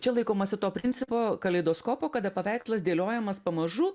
čia laikomasi to principo kaleidoskopo kada paveikslas dėliojamas pamažu